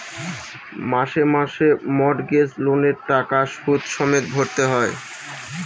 মাসে মাসে মর্টগেজ লোনের টাকা সুদ সমেত ভরতে হয়